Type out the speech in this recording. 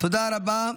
תודה רבה.